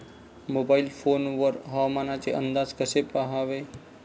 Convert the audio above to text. Mobile phone वर हवामानाचे अंदाज कसे पहावे?